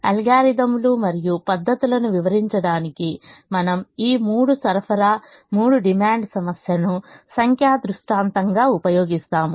అల్గోరిథంలు మరియు పద్ధతులను వివరించడానికి మనము ఈ మూడు సరఫరా మూడు డిమాండ్ సమస్యను సంఖ్యా దృష్టాంతంగా ఉపయోగిస్తాము